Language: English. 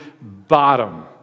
bottom